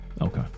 okay